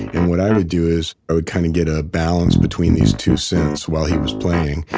and what i would do is, i would kind of get a balance between these two synths, while he was playing.